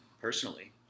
personally